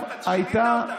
לפני ההצבעה כבר שינית אותה.